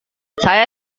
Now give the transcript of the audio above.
saya